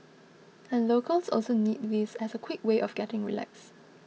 and locals also need this as a quick way of getting relaxed